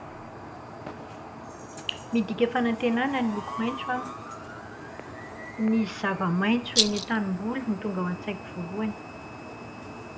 Midika fanantenana ny loko maitso amiko. Ny zava-maitso eny an-tanimboly no tonga ao an-tsaiko voalohany.